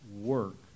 work